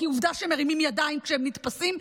כי עובדה שהם מרימים ידיים כשהם נתפסים,